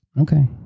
Okay